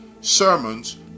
sermons